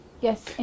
yes